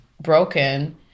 broken